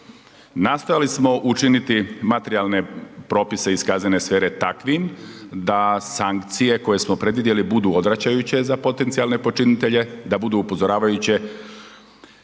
Nastojali smo učiniti materijalne propise iz kaznene sfere takvim da sankcije koje smo predvidjeli budu odvraćajuće za potencijalne počinitelje, da budu upozoravajuće,